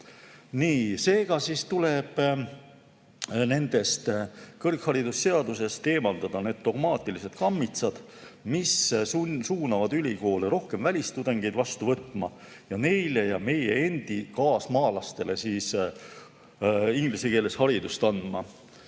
Seega tuleb kõrgharidusseadusest eemaldada need dogmaatilised kammitsad, mis suunavad ülikoole rohkem välistudengeid vastu võtma ning neile ja meie endi kaasmaalastele inglise keeles haridust andma.